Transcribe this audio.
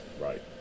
Right